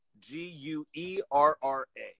G-U-E-R-R-A